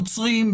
נוצרים,